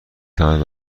توانید